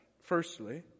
Firstly